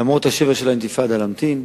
למרות האינתיפאדה, להמתין.